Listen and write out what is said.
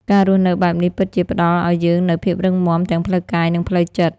ការរស់នៅបែបនេះពិតជាផ្តល់ឲ្យយើងនូវភាពរឹងមាំទាំងផ្លូវកាយ និងផ្លូវចិត្ត។